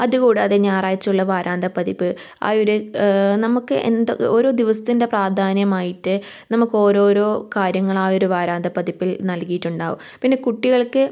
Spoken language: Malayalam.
അതു കൂടാതെ ഞായറാഴ്ച ഉള്ള വാരാന്ത്യപ്പതിപ്പ് ആ ഒര് നമുക്ക് എന്തോ ഓരോ ദിവസത്തിൻ്റെ പ്രാധാന്യമായിട്ട് നമുക്കോരോരോ കാര്യങ്ങൾ ആ ഒരു വാരാന്ത്യപ്പതിപ്പിൽ നൽകിയിട്ടുണ്ടാവും പിന്നെ കുട്ടികൾക്ക്